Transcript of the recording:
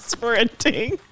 Sprinting